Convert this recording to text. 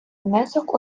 внесок